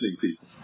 people